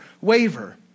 waver